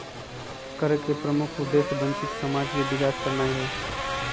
कर के प्रमुख उद्देश्य वंचित समाज के विकास करनाइ हइ